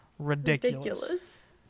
ridiculous